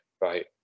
right